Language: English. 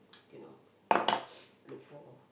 cannot look for